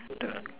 the